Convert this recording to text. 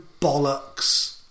bollocks